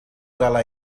dalla